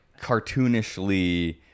cartoonishly